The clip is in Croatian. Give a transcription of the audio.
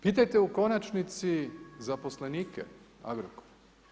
Pitajte u konačnici zaposlenike Agrokora.